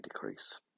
decrease